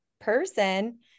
person